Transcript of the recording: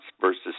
versus